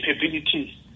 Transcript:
capabilities